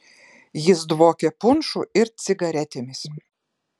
jis dvokė punšu ir cigaretėmis